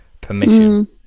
permission